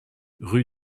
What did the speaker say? rue